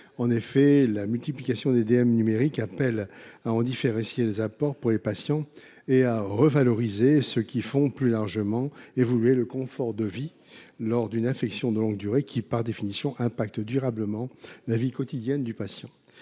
En effet, la multiplication des dispositifs médicaux numériques incite à en différencier les apports pour les patients et à revaloriser ceux qui font plus largement évoluer le confort de vie lors d’une affection de longue durée, qui, par définition, affecte durablement la vie quotidienne du patient.